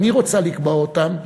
אני רוצה לקבוע אותם.